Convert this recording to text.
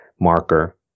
marker